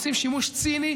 עושים שימוש ציני,